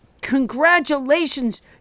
congratulations